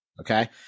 Okay